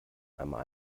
einmal